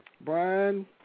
Brian